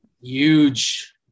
Huge